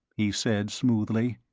he said smoothly.